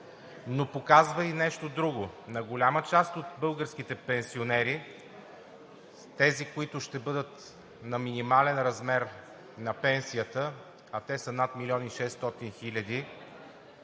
но показва и нещо друго – на голяма част от българските пенсионери, тези, които ще бъдат на минимален размер на пенсията, а те са над милион и 600 хиляди,